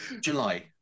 July